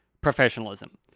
professionalism